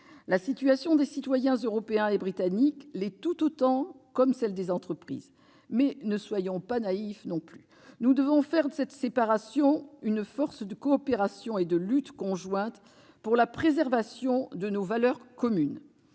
La situation des citoyens européens et britanniques l'est tout autant, comme celle des entreprises. Mais ne soyons pas naïfs non plus ! Nous devons faire de cette séparation un levier de coopération et de lutte conjointe pour la préservation de nos valeurs communes.